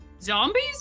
zombies